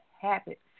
habits